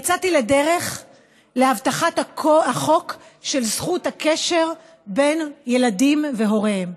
יצאתי לדרך להבטחת החוק של זכות הקשר בין ילדים להוריהם.